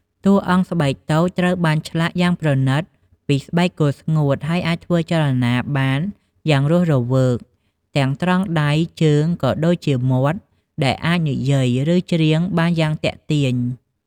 តួអង្គស្បែកតូចត្រូវបានឆ្លាក់យ៉ាងប្រណិតពីស្បែកគោស្ងួត ហើយអាចធ្វើចលនាបានយ៉ាងរស់រវើក ទាំងត្រង់ដៃ ជើង ក៏ដូចជាមាត់ ដែលអាចនិយាយ ឬច្រៀងបានយ៉ាងទាក់ទាញ ។